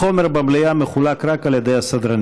החומר במליאה מחולק רק על ידי הסדרנים,